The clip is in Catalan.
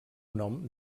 nom